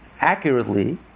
accurately